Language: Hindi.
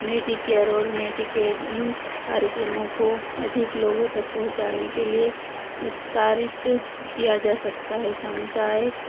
मेडिकेयर और मेडिकेट इन कार्यक्रमों को अधिक लोगों तक पहुँचाने के लिए विस्तारित किया जा सकता है समुदाय